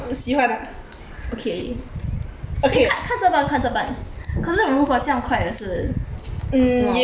okay 看看着办看着办可是如果这样快也是什么